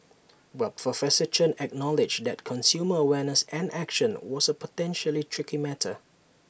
but professor Chen acknowledged that consumer awareness and action was A potentially tricky matter